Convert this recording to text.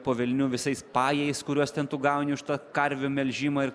po velnių visais pajais kuriuos ten tu gauni už tą karvių melžimą ir